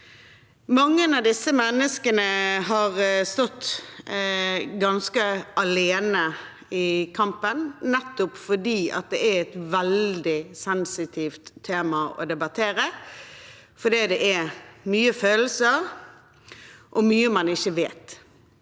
Mange av disse menneskene har stått ganske alene i kampen, nettopp fordi det er et veldig sensitivt tema å debattere. Det er mange følelser og mye man ikke vet.